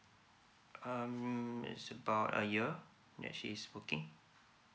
um is about a year that she's working